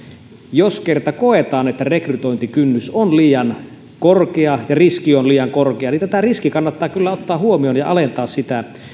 jos kerran koetaan että rekrytointikynnys on liian korkea ja riski on liian korkea niin tämä riski kannattaa kyllä ottaa huomioon ja alentaa sitä